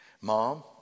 Mom